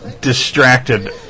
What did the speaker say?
distracted